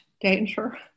danger